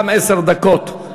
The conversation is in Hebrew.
גם שלוש דקות.